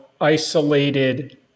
isolated